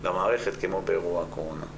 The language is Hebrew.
למערכת כמו באירוע הקורונה.